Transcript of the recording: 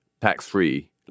tax-free